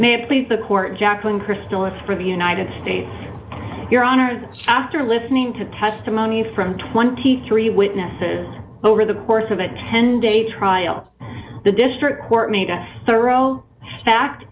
it please the court jacqueline crystal as for the united states your honor after listening to testimony from twenty three witnesses over the course of a ten day trial the district court made a thorough fact